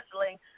Wrestling